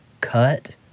Cut